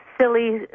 silly